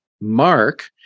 Mark